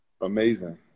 Amazing